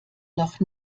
noch